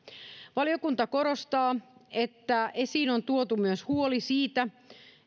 valiokunta korostaa että esiin on tuotu myös huoli siitä